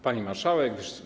Pani Marszałek!